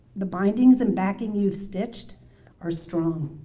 the bindings and backing you stitched are strong.